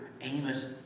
Amos